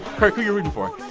kirk, who you rooting for?